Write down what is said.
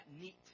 neat